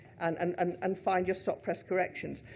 and and and and find your stop-press corrections.